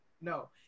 no